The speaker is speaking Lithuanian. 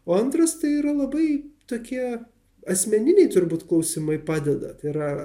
o antras tai yra labai tokie asmeniniai turbūt klausimai padeda tai yra